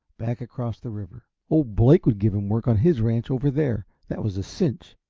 back across the river. old blake would give him work on his ranch over there, that was a cinch.